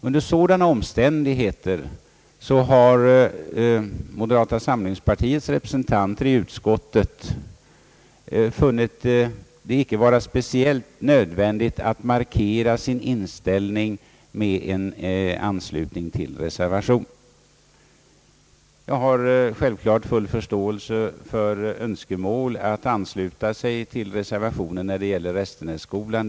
Under sådana omständigheter har moderata samlingspartiets representanter i utskottet funnit det icke vara speciellt nödvändigt att markera sin inställning med en anslutning till reservationen. Jag har självklart full förståelse för önskemål om anslutning till reservationen beträffande statsbidrag till Restenässkolan.